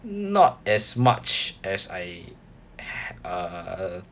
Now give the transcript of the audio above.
not as much as I uh